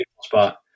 Spot